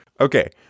Okay